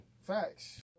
Facts